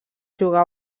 jugar